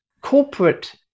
corporate